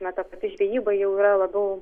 na ta žvejyba jau yra labiau